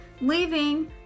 leaving